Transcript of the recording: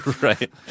right